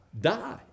Die